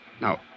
Now